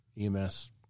EMS